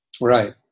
Right